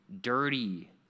dirty